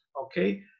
Okay